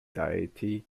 deity